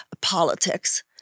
politics